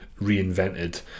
reinvented